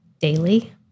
daily